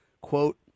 quote